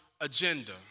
agenda